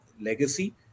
legacy